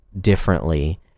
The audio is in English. differently